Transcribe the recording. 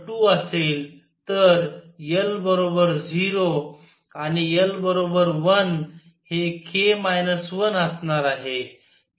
n 2 असेल तर l 0 आणि l 1 हे k 1 असणार आहे